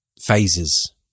phases